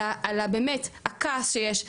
באמת על הכעס שיש,